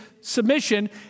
submission